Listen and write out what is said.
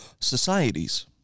societies